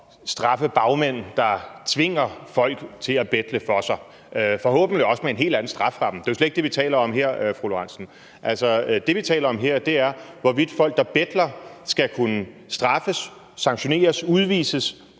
straffe bagmænd, der tvinger folk til at betle for sig, forhåbentlig også med en helt anden strafferamme, men det er jo slet ikke det, vi taler om her, fru Lorentzen. Det, vi taler om her, er, hvorvidt folk, der betler, skal kunne straffes, sanktioneres, udvises